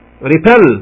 repel